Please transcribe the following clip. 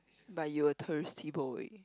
but you were touristy boy